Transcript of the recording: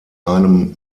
einem